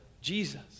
Jesus